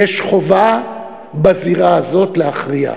יש חובה בזירה הזאת להכריע,